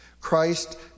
Christ